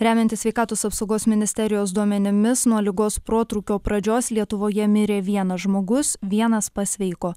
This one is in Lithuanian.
remiantis sveikatos apsaugos ministerijos duomenimis nuo ligos protrūkio pradžios lietuvoje mirė vienas žmogus vienas pasveiko